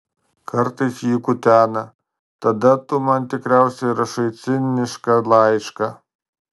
kartais jį kutena tada tu man tikriausiai rašai cinišką laišką